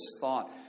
thought